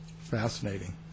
Fascinating